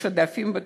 יש עודפים בתקציב,